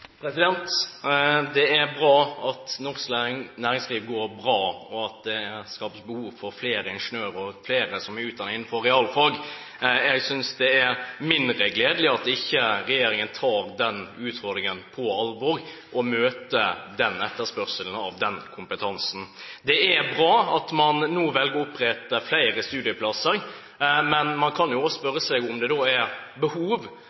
bra at norsk næringsliv går bra, og at det skapes behov for flere ingeniører og flere som er utdannet innenfor realfag. Jeg synes det er mindre gledelig at regjeringen ikke tar utfordringen på alvor og møter etterspørselen etter den kompetansen. Det er bra at man nå velger å opprette flere studieplasser, men man kan jo også spørre seg om det er behov